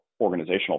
organizational